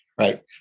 right